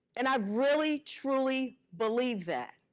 and i really, truly believed that.